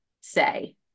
say